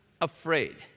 afraid